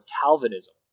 Calvinism